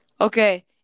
Okay